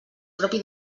propi